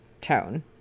tone